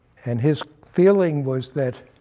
and his feeling was that,